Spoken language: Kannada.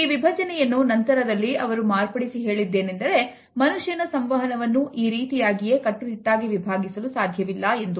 ಈ ವಿಭಜನೆಯನ್ನು ನಂತರದಲ್ಲಿ ಅವರು ಮಾರ್ಪಡಿಸಿ ಹೇಳಿದ್ದೇನೆಂದರೆ ಮನುಷ್ಯನ ಸಂವಹನವನ್ನು ಈ ರೀತಿಯಾಗಿಯೇ ಕಟ್ಟುನಿಟ್ಟಾಗಿ ವಿಭಾಗಿಸಲು ಸಾಧ್ಯವಿಲ್ಲ ಎಂದು